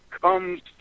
comes